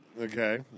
Okay